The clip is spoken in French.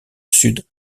sud